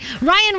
Ryan